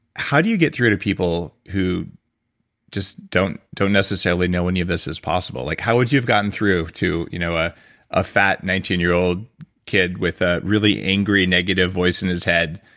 how do you get through to people who just don't don't necessarily know any of this is possible? like how would you have gotten through to you know ah a fat, nineteen year old kid with a really angry negative voice in his head